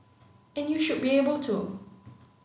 and you should be able to